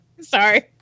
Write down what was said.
Sorry